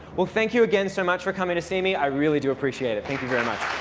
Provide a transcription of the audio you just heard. well, thank you again so much for coming to see me. i really do appreciate it. thank you very much.